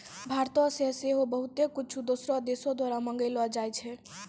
भारतो से सेहो बहुते कुछु दोसरो देशो द्वारा मंगैलो जाय छै